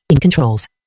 controls